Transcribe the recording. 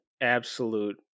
absolute